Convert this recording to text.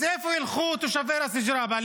אז לאיפה ילכו תושבי ראס ג'ראבה?